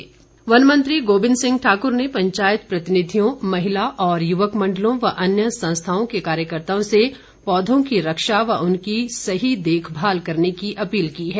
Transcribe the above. गोविंद ठाकुर वन मंत्री गोविंद सिंह ठाक्र ने पंचायत प्रतिनिधियों महिला और युवक मण्डलों व अन्य संस्थाओं के कार्यकर्ताओं से पौधों की रक्षा व उनकी सही देखभाल करने की अपील की है